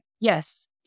Yes